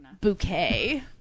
Bouquet